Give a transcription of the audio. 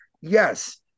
yes